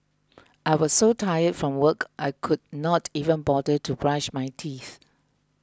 I was so tired from work I could not even bother to brush my teeth